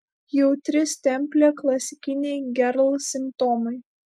jautri stemplė klasikiniai gerl simptomai